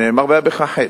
שנאמר: "והיה בך חטא".